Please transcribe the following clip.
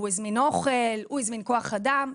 הוא הזמין אוכל, הוא הזמין כוח אדם.